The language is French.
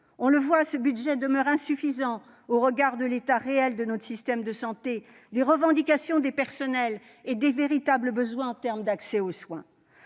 On le voit, ce budget demeure insuffisant au regard de l'état réel de notre système de santé, des revendications du personnel et des véritables besoins pour l'accès aux soins.